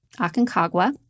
Aconcagua